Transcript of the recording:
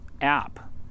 app